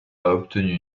obtenu